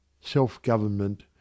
self-government